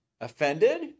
offended